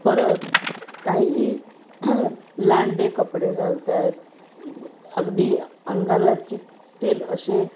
परत काहीही लांडे कपडे घालत आहेत अगदी अंगाला चिकटेल असे